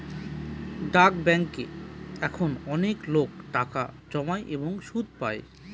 ডাক ব্যাঙ্কে এখন অনেকলোক টাকা জমায় এবং সুদ পাই